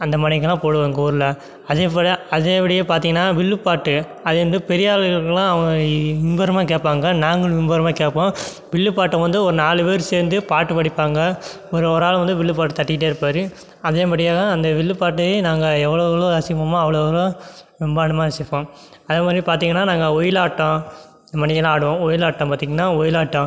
அந்த மாரிக்கெல்லாம் போடுவோம் எங்கள் ஊரில் அதேப்போல அதேப்படியே பார்த்திங்கன்னா வில்லுப்பாட்டு அது வந்து பெரியாளுங்களுக்கெலாம் அவங்க இ மும்முரமாக கேட்பாங்க நாங்களும் மும்முரமாக கேட்போம் வில்லுப்பாட்டை வந்து ஒரு நாலு பேர் சேர்ந்து பாட்டு படிப்பாங்க ஒரு ஒரு ஆள் வந்து வில்லுப்பாட்டு தட்டிக்கிட்டே இருப்பார் அதேமாரியே தான் அந்த வில்லுப்பாட்டையும் நாங்கள் எவ்வளோ எவ்வளோ ரசிப்போமோ அவ்வளோ அவ்வளோ ரசிப்போம் அது மாதிரியே பார்த்திங்கன்னா நாங்கள் ஒயிலாட்டம் இதுமாரி எல்லாம் ஆடுவோம் ஒயிலாட்டம் பார்த்திங்கன்னா ஒயிலாட்டம்